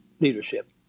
leadership